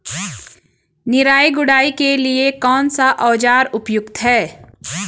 निराई गुड़ाई के लिए कौन सा औज़ार उपयुक्त है?